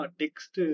text